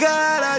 God